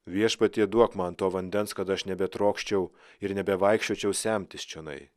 viešpatie duok man to vandens kad aš nebetrokščiau ir nebevaikščiočiau semtis čionai